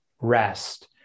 rest